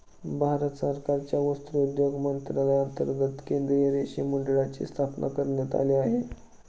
भारत सरकारच्या वस्त्रोद्योग मंत्रालयांतर्गत केंद्रीय रेशीम मंडळाची स्थापना करण्यात आली आहे